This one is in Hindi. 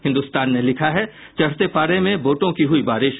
हिन्दुस्तान ने लिखा है चढ़ते पारे में वोटों की हुई बारिश